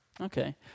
okay